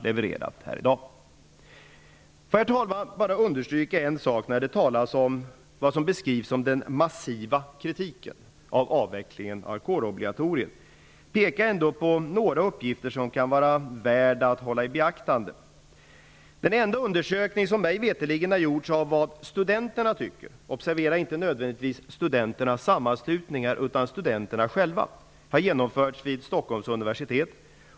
Låt mig understryka en sak när det talas om det som beskrivs som den massiva kritiken av avvecklingen av kårobligatoriet. Jag vill peka på några uppgifter som kan vara värda att beakta. Den enda undersökning som mig veterligen har gjorts av vad studenterna tycker, observera att det inte nödvändigtvis gäller studenternas sammanslutningar utan studenterna själva, har genomförts vid Stockholms universitet.